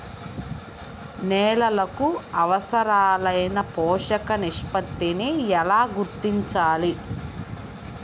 నేలలకు అవసరాలైన పోషక నిష్పత్తిని ఎలా గుర్తించాలి?